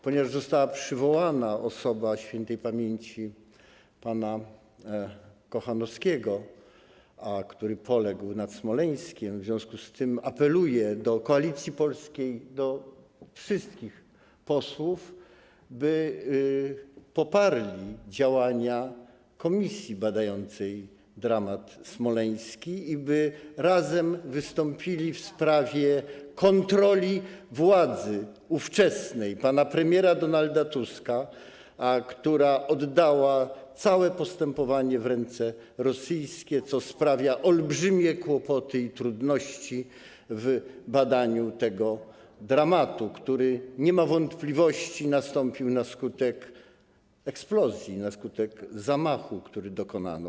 Ponieważ została przywołana osoba śp. pana Kochanowskiego, który poległ nad Smoleńskiem, apeluję do Koalicji Polskiej, do wszystkich posłów, by poparli działania komisji badającej dramat smoleński i by razem wystąpili w sprawie kontroli ówczesnej władzy - pana premiera Donalda Tuska - która oddała całe postępowanie w ręce rosyjskie, co sprawia olbrzymie kłopoty i trudności w badaniu tego dramatu, który - nie ma wątpliwości - nastąpił na skutek eksplozji, na skutek zamachu, którego dokonano.